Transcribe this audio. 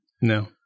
No